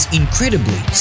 incredibly